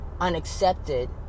unaccepted